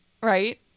right